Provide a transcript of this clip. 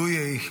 לו יהי.